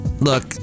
Look